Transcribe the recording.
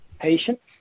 patients